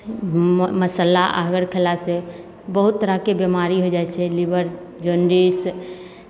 मर मसल्ला अगर खेलासँ बहुत तरहके बीमारी होइ जाइ छै लीवर जौंडिस